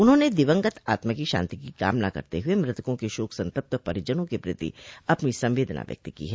उन्होंने दिवंगत आत्मा की शांति की कामना करते हुए मृतकों के शोक संतप्त परिजनों के प्रति अपनी संवेदना व्यक्त की है